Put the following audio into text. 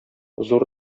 зур